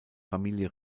familie